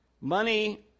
Money